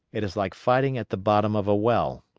it is like fighting at the bottom of a well.